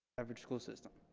average school system.